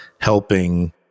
helping